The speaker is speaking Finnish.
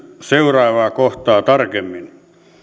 seuraavaa kohtaa tarkemmin